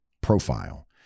profile